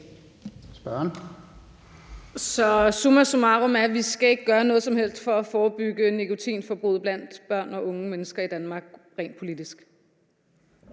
Så summa summarum er, at vi ikke skal gøre noget som helst for at forebygge nikotinforbruget blandt børn og unge mennesker i Danmark rent politisk.